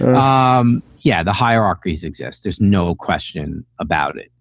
um yeah, the hierarchies exist. there's no question about it.